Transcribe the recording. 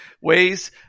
ways